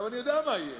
אני יודע מה יהיה,